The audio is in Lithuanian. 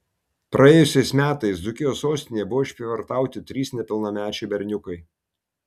praėjusiais metais dzūkijos sostinėje buvo išprievartauti trys nepilnamečiai berniukai